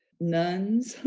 nuns,